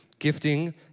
gifting